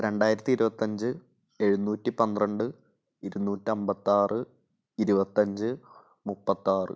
രണ്ടായിരത്തി ഇരുപത്തി അഞ്ച് എഴുന്നൂറ്റി പന്ത്രണ്ട് ഇരുന്നൂറ്റി അൻപത്തി ആറ് ഇരുപത്തി അഞ്ച് മുപ്പത്തി ആറ്